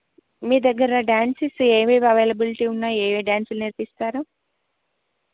మీ దగ్గర డ్యాన్సిస్ ఏవేవి అవైలబిలిటీ ఉన్నాయి ఏ ఏ డ్యాన్సులు నేర్పిస్తారు